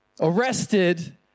arrested